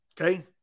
Okay